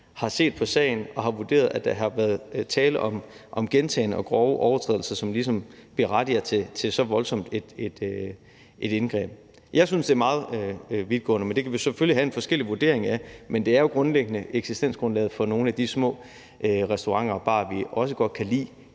har set på sagen og har vurderet, at der har været tale om gentagne og grove overtrædelser, som ligesom berettiger til så voldsomt et indgreb. Jeg synes, det er meget vidtgående, men det kan vi selvfølgelig have en forskellig vurdering af. Men det er jo grundlæggende eksistensgrundlaget for nogle af de små restauranter og barer, som vi også godt kan lide